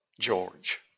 George